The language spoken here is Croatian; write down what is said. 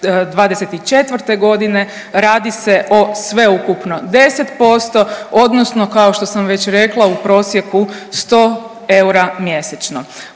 godine radi se o sveukupno 10% odnosno kao što sam već rekla u prosjeku 100 eura mjesečno.